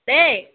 দে